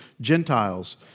Gentiles